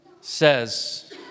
says